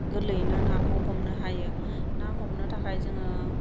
गोरलैयैनो नाखौ हमनो हायो ना हमनो थाखाय जोङो